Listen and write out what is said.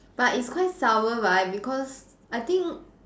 but it's quite sour right because I think